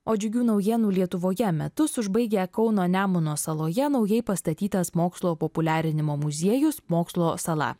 o džiugių naujienų lietuvoje metus užbaigia kauno nemuno saloje naujai pastatytas mokslo populiarinimo muziejus mokslo sala